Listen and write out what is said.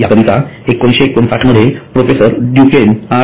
याकरिता १९५९ मध्ये प्रोफेसर ड्युकेन आर